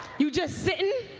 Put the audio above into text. you just sitting?